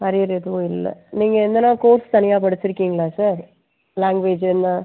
arrear எதுவும் இல்லை நீங்கள் எதனால் கோர்ஸ் தனியாக படிச்சுருக்கீங்களா சார் லாங்குவேஜ் என்ன